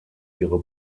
ihre